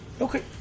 Okay